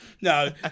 No